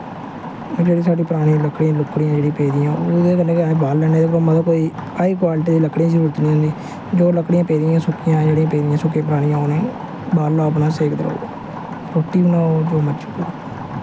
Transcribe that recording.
मतलव कि साढ़े परानियां लकड़ियां लुकड़ियां पेदियां होन ओह्दे कन्नै गै अस बालने मतलब कि कोई हाई क्वाल्टी दी लकड़ियें दी जरूरत निं होंदी जो लकड़ियां पेदियां होन सुक्कियां जेह्ड़ियां पेदियां सुक्कियां परानियां उ'नें बालो अपने सेकदे र'वो रुट्टी बनाओ जो मर्जी करो